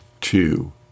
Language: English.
two